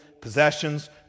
possessions